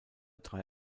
drei